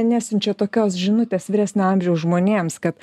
nesiunčia tokios žinutės vyresnio amžiaus žmonėms kad